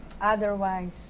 Otherwise